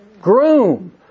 Groom